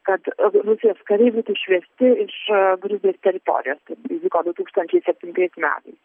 kad rusijos kariai būtų išvesti iš gruzijos teritorijos taip įvyko du tūkstančiai septintais metais